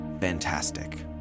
fantastic